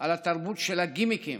על התרבות של הגימיקים,